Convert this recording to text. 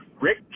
Rick